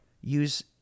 Use